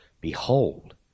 Behold